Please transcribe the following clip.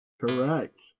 Correct